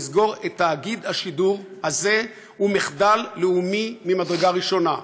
לסגור את תאגיד השידור הזה הוא מחדל לאומי ממדרגה ראשונה,